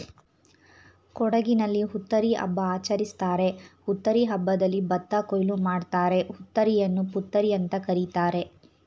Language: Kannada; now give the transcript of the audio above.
ಕೊಡಗಿನಲ್ಲಿ ಹುತ್ತರಿ ಹಬ್ಬ ಆಚರಿಸ್ತಾರೆ ಹುತ್ತರಿ ಹಬ್ಬದಲ್ಲಿ ಭತ್ತ ಕೊಯ್ಲು ಮಾಡ್ತಾರೆ ಹುತ್ತರಿಯನ್ನು ಪುತ್ತರಿಅಂತ ಕರೀತಾರೆ